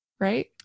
Right